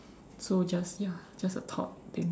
so just ya just a thought thing